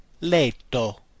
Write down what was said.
letto